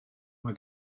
mae